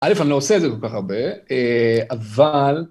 אלף, אני לא עושה את זה כל כך הרבה, אבל...